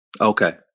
Okay